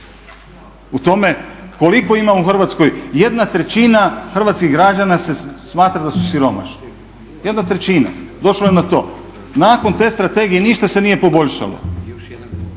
U tome koliko ima u Hrvatskoj jedna trećina hrvatskih građana se smatra da su siromašni, jedna trećina, došlo je na to. nakon te strategije ništa se nije poboljšalo.